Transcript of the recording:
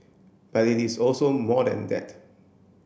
but it is also more than that